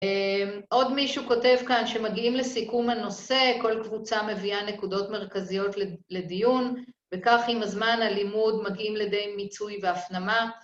עוד מישהו כותב כאן שמגיעים לסיכום הנושא, כל קבוצה מביאה נקודות מרכזיות לדיון וכך עם הזמן הלימוד מגיעים לידי מיצוי והפנמה